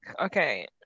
okay